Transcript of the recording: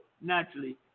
naturally